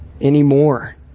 anymore